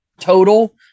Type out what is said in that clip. total